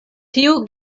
tiu